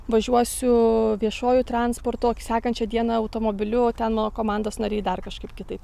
važiuosiu viešuoju transportu o sekančią dieną automobiliu o ten nuo komandos nariai dar kažkaip kitaip